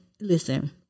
listen